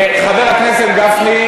בדיוק מתאימה.